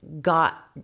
got